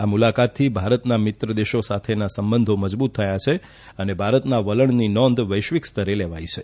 આ મુલાકાતથી ભારતના મિત્રદેશો સાથેના સંબંધો મજબૂત થયા છે અને ભારતના વલણની નોંધ વૈશ્વિક સ્તરે લેવાઇ છે